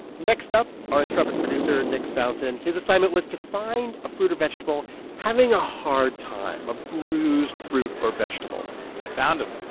next up, our intrepid producer nick fountain. his assignment was to find a fruit or vegetable having a hard time a bruised fruit or vegetable i found them oh,